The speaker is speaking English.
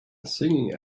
singing